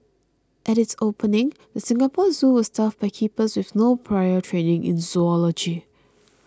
at its opening the Singapore Zoo was staffed by keepers with no prior training in zoology